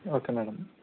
okay madam